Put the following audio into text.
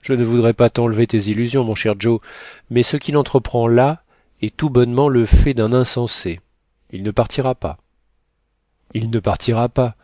je ne voudrais pas tenlever tes illusions mon cher joe mais ce qu'il entreprend là est tout bonnement le fait d'un insensé il ne partira pas il ne partira pas